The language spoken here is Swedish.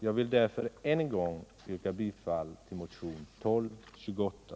Jag vill därför än en gång yrka bifall till motionen 1228.